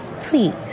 Please